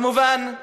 כמובן,